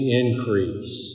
increase